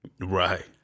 Right